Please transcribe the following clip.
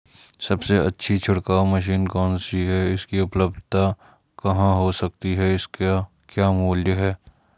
सबसे अच्छी छिड़काव मशीन कौन सी है इसकी उपलधता कहाँ हो सकती है इसके क्या मूल्य हैं?